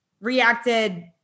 reacted